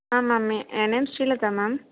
ஆ ma'am ஏ என் name Srilatha ma'am